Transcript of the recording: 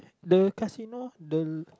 the casino the